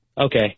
Okay